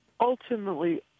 Ultimately